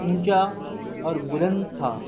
اونچا اور بلند تھا